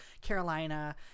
Carolina